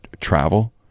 travel